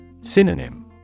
Synonym